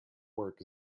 work